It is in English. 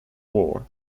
war